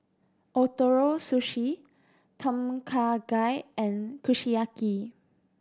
Ootoro Sushi Tom Kha Gai and Kushiyaki